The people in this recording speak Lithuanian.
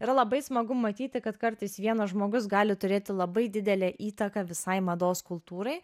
ir labai smagu matyti kad kartais vienas žmogus gali turėti labai didelę įtaką visai mados kultūrai